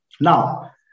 Now